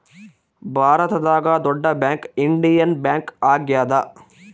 ಭಾರತದಾಗ ದೊಡ್ಡ bank Indian bank ಆಗ್ಯಾದ